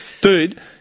Dude